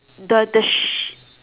the the sh~